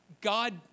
God